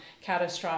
catastrophic